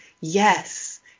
yes